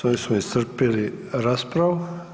S ovim smo iscrpili raspravu.